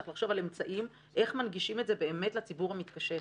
צריך לחשוב על אמצעים איך מנגישים את זה באמת לציבור המתקשה.